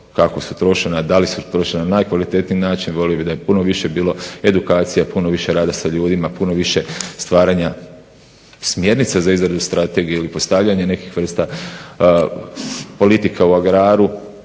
kako su trošena, da li su trošena na najkvalitetniji način. Volio bih da je puno više bilo edukacija, puno više rada sa ljudima, puno više stvaranja smjernica za izradu strategije ili postavljanja nekih vrsta politika u agraru,